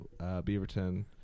Beaverton